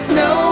no